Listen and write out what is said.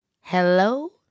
Hello